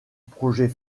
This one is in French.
projet